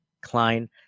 Klein